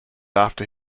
after